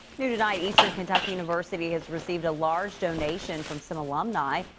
new tonight. eastern kentucky university has received a large donation. from some alumni.